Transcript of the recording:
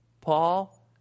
Paul